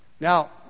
Now